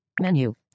Menu